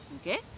okay